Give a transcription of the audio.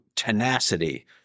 Tenacity